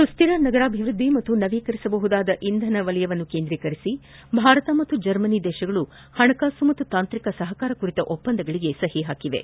ಸುಸ್ತಿರ ನಗರಾಭಿವ್ವದ್ದಿ ಮತ್ತು ನವೀಕರಿಸಬಹುದಾದ ಇಂಧನ ವಲಯವನ್ನು ಕೇಂದ್ರೀಕರಿಸಿ ಭಾರತ ಮತ್ತು ಜರ್ಮನಿ ಹಣಕಾಸು ಹಾಗೂ ತಾಂತ್ರಿಕ ಸಹಕಾರ ಕುರಿತ ಒಪ್ಪಂದಗಳಿಗೆ ಸಹಿ ಹಾಕಿವೆ